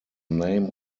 name